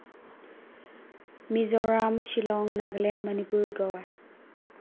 Mizoram Shillong Nagaland Manipur Goa